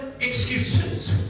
excuses